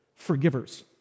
forgivers